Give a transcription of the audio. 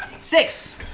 Six